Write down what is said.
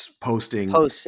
posting